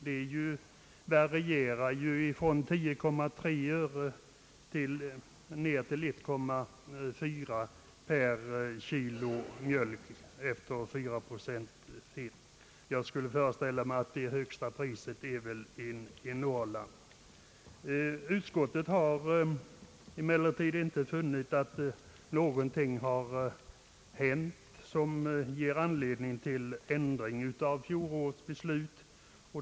Det varierar från 10,3 öre ned till 1,4 öre per kilo mjölk efter 4 procent fett. Jag skulle föreställa mig att det högsta priset förekommer i Norrland. Utskottet har emellertid inte funnit att någonting har hänt som ger anledning till ändring av fjolårets beslut.